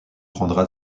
prendra